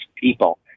people